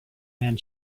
man